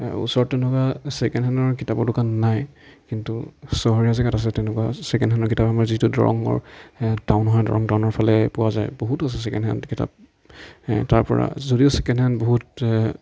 ওচৰত তেনেকুৱা ছেকেণ্ডহেনৰ কিতাপৰ দোকান নাই কিন্তু চহৰীয়া জেগাত আছে তেনেকুৱা ছেকেণ্ডহেনৰ কিতাপ আমাৰ যিটো দৰঙৰ টাউন হয় দৰং টাউনৰ ফালে পোৱা যায় বহুত আছে ছেকেণ্ডহেণ্ড কিতাপ তাৰ পৰা যদিও ছেকেণ্ডহেণ্ড বহুত